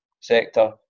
sector